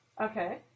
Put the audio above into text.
Okay